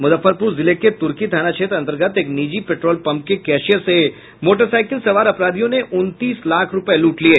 मुजफ्फरपुर जिले के तुर्की थाना क्षेत्र अंतर्गत एक निजी पेट्रोल पंप के कैशियर से मोटरसाईकिल सवार अपराधियों ने उनतीस लाख रूपये लूट लिये